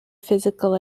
physical